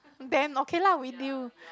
then okay lah we deal